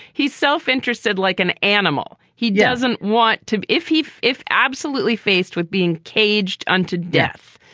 he's self-interested, like an animal. he doesn't want to. if he if if absolutely. faced with being caged unto death,